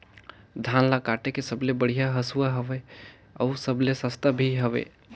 धान ल काटे के सबले बढ़िया हंसुवा हवये? अउ सबले सस्ता भी हवे?